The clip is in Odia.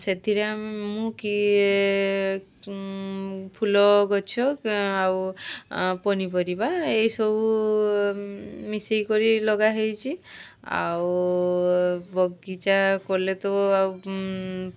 ସେଥିରେ ମୁଁ କି ଫୁଲ ଗଛ ଆଉ ପନିପରିବା ଏଇସବୁ ମିଶାଇକରି ଲଗାହୋଇଛି ଆଉ ବଗିଚା କଲେ ତ ଆଉ